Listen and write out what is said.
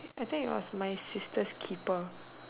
I think it was my sister's keeper